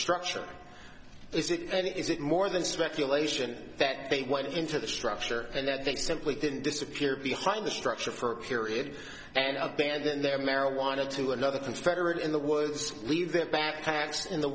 structure is it any is it more than speculation that they went into the structure and that they simply didn't disappear behind the structure for a period and abandon their marijuana to another confederate in the woods leave their backpacks in the